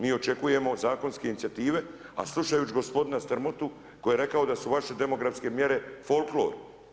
Mi očekujemo zakonske inicijative, a slušajući gospodina Strmotu koji je rekao da su vaše demografske mjere folklor.